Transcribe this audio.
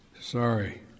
Sorry